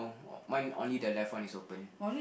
oh mine only the left one is open